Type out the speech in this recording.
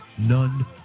None